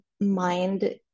mind